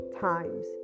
times